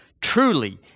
Truly